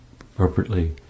appropriately